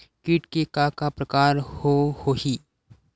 कीट के का का प्रकार हो होही?